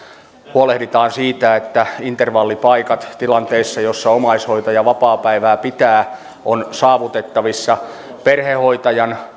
huolehditaan siitä että intervallipaikat tilanteessa jossa omaishoitaja vapaapäivää pitää ovat saavutettavissa perhehoitajan